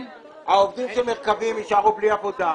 העובדים של מרכבים יישארו בלי עבודה.